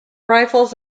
rifles